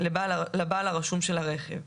לבעל הרשום של הרכב'."